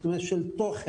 זאת אומרת של תוכן.